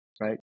right